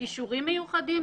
כישורים מיוחדים.